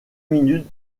minutes